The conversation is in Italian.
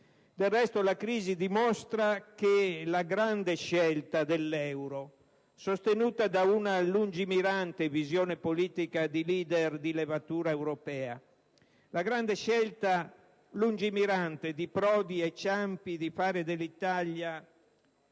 Del resto, la crisi dimostra che la grande scelta dell'euro, sostenuta da una lungimirante visione politica di leader di levatura europea, e la grande scelta lungimirante di Prodi e di Ciampi di fare dell'Italia